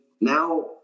now